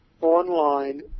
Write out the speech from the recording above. online